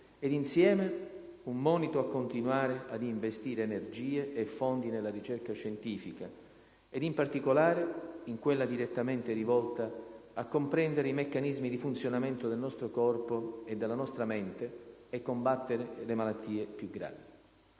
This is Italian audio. ed, insieme, un monito a continuare ad investire energie e fondi nella ricerca scientifica, in particolare in quella direttamente rivolta a comprendere i meccanismi di funzionamento del nostro corpo e della nostra mente e a combattere le malattie più gravi.